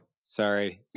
Sorry